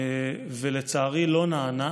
ולצערי הוא לא נענה.